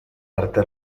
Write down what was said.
arte